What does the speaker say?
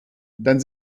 dann